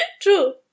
True